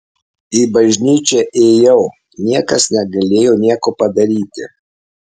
į bažnyčią ėjau niekas negalėjo nieko padaryti